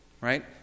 right